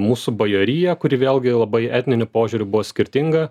mūsų bajoriją kuri vėlgi labai etniniu požiūriu buvo skirtinga